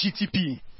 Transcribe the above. GTP